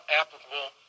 applicable